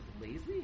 lazy